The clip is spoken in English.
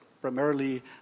primarily